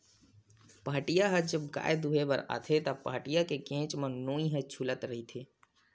पहाटिया ह जब गाय दुहें बर आथे त, पहाटिया के घेंच म नोई ह छूलत रहिथे